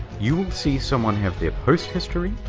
you will see someone have their post history,